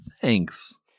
Thanks